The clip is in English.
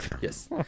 Yes